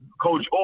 Coach